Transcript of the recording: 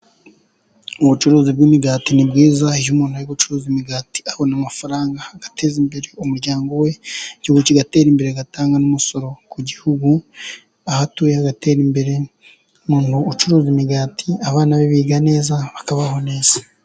Ubucuruzi bw'imigati ni bwiza, iyo umuntu ari gucuruza imigati abona amafaranga, agateza imbere umuryango we, igihugu kigatera imbere, agatanga n'umusoro ku gihugu. Aho atuye hagatera imbere. Umuntu ucuruza imigati abana be biga neza bakabaho neza.